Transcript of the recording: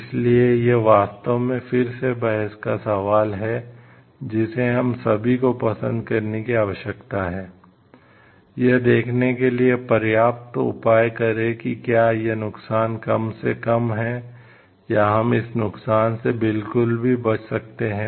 इसलिए यह वास्तव में फिर से बहस का सवाल है जिसे हम सभी को पसंद करने की आवश्यकता है यह देखने के लिए पर्याप्त उपाय करें कि क्या यह नुकसान कम से कम है या हम इस नुकसान से बिल्कुल भी बच सकते हैं